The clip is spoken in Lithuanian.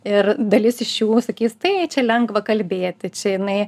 ir dalis iš jų sakys tai čia lengva kalbėti čia jinai